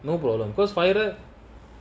no problem cause fahira